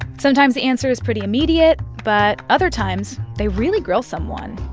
sometimes, the answer is pretty immediate. but other times, they really grill someone.